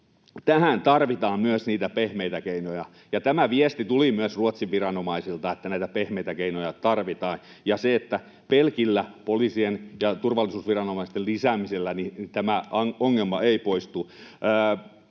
Tähän tarvitaan myös niitä pehmeitä keinoja, ja tämä viesti tuli myös Ruotsin viranomaisilta, että näitä pehmeitä keinoja tarvitaan ja että pelkällä poliisien ja turvallisuusviranomaisten lisäämisellä tämä ongelma ei poistu.